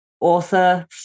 author